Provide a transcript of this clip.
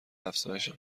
افزایش